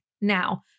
Now